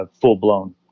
full-blown